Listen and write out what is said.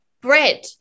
bread